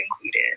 included